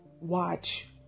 watch